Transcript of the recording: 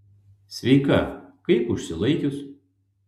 sveika kaip užsilaikius